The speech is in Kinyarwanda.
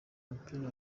umupira